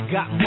Got